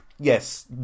Yes